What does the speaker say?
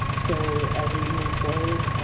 so, as we move forward,